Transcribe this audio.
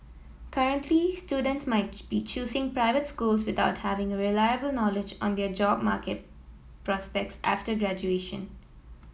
currently students might be choosing private schools without having a reliable knowledge on their job market prospects after graduation